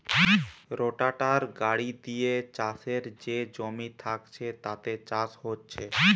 রোটাটার গাড়ি দিয়ে চাষের যে জমি থাকছে তাতে চাষ হচ্ছে